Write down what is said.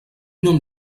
nom